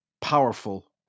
powerful